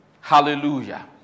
Hallelujah